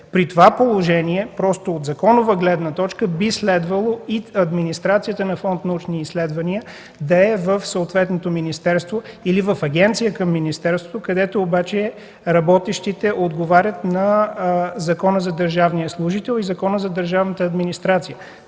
При това положение, от законова гледна точка, би следвало и администрацията на Фонд „Научни изследвания” да е в съответното министерство или в агенция към министерството, където обаче работещите отговарят на Закона за държавния служител и Закона за държавната администрация